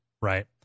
right